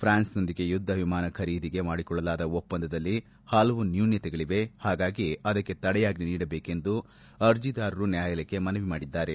ಪ್ರಾನ್ಸೆನೊಂದಿಗೆ ಯುದ್ದ ವಿಮಾನ ಖರೀದಿಗೆ ಮಾಡಿಕೊಳ್ಳಲಾದ ಒಪ್ಪಂದದಲ್ಲಿ ಹಲವು ನ್ಯೂನ್ಯತೆಗಳಿವೆ ಹಾಗಾಗಿ ಅದಕ್ಕೆ ತಡೆಯಾಜ್ಣ್ನೆ ನೀಡಬೇಕೆಂದು ಅರ್ಜೆದಾರರು ನ್ಲಾಯಾಲಯಕ್ಕೆ ಮನವಿ ಮಾಡಿದ್ದಾರೆ